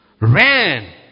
ran